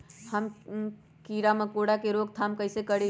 हम किरा मकोरा के रोक थाम कईसे करी?